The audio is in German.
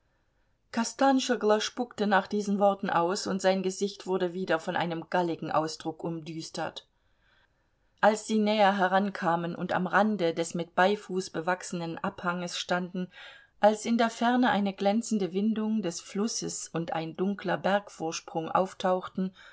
kostanschoglo spuckte nach diesen worten aus und sein gesicht wurde wieder von einem galligen ausdruck umdüstert als sie näher heran kamen und am rande des mit beifuß bewachsenen abhanges standen als in der ferne eine glänzende windung des flusses und ein dunkler bergvorsprung auftauchten